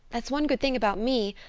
that's one good thing about me.